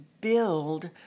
build